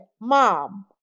mom